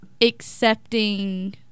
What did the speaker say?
accepting